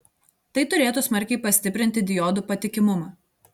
tai turėtų smarkiai pastiprinti diodų patikimumą